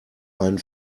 einen